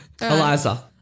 Eliza